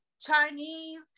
Chinese